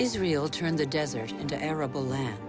israel turned the desert into arable land